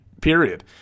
period